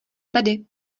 tady